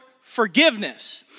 forgiveness